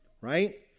right